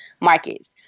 markets